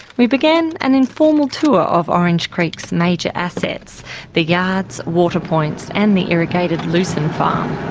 we began an informal tour of orange creek's major assets the yards, water points, and the irrigated lucerne farm.